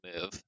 move